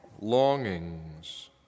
longings